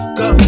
go